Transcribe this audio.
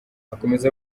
akomeza